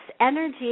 energy